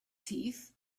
teeth